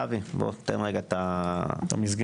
אבי ייתן את המסגרת.